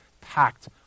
packed